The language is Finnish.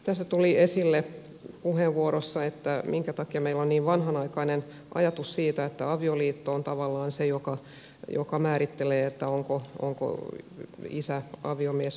tässä tuli esille puheenvuorossa että minkä takia meillä on niin vanhanaikainen ajatus siitä että avioliitto on tavallaan se joka määrittelee onko isä aviomies vai ei